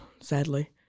sadly